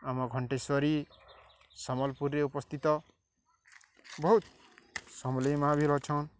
ଆମ ଘଣ୍ଟେଶ୍ୱରୀ ସମ୍ବଲପୁରରେ ଉପସ୍ଥିତ ବହୁତ ସମଲେଇ ମା' ବି ଅଛନ୍